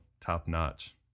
top-notch